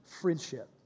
friendship